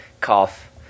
cough